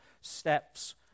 steps